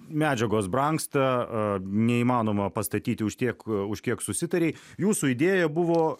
medžiagos brangsta neįmanoma pastatyti už tiek už kiek susitarei jūsų idėja buvo